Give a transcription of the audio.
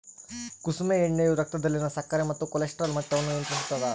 ಕುಸುಮೆ ಎಣ್ಣೆಯು ರಕ್ತದಲ್ಲಿನ ಸಕ್ಕರೆ ಮತ್ತು ಕೊಲೆಸ್ಟ್ರಾಲ್ ಮಟ್ಟವನ್ನು ನಿಯಂತ್ರಿಸುತ್ತದ